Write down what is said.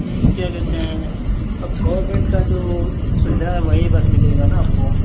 ठीक है देते हैं अब गोरमेंट का जो सुलझाया वही बस मिलेगा ना आपको